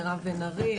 מירב בן ארי,